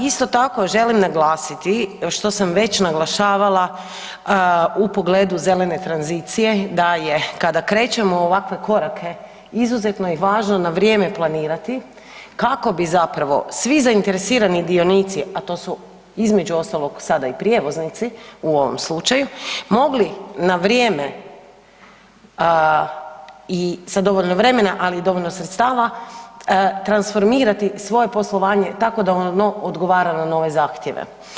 Isto tako želim naglasiti što sam već naglašavala u pogledu zelene tranzicije da je kada krećemo u ovakve korake izuzetno je važno na vrijeme planirati kako bi zapravo svi zainteresirani dionici, a to su između ostalog sada i prijevoznici u ovom slučaju mogli na vrijeme i sa dovoljno vremena ali i dovoljno sredstava transformirati svoje poslovanje tako da ono odgovara na nove zahtjeve.